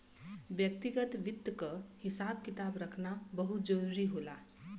व्यक्तिगत वित्त क हिसाब किताब रखना बहुत जरूरी होला